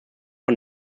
von